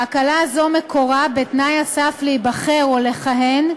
ההקלה הזו מקורה בתנאי הסף להיבחר או לכהן,